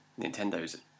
Nintendo's